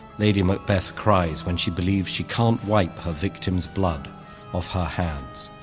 lady macbeth cries when she believes she can't wipe her victim's blood off her hands.